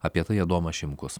apie tai adomas šimkus